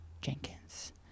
Jenkins